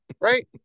Right